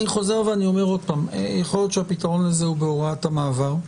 אני חוזר ואומר שטוב שיכול להיות שהפתרון הזה הוא בהוראת המעבר.